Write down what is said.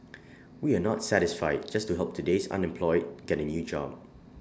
we are not satisfied just to help today's unemployed get A new job